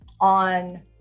on